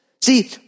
See